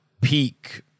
peak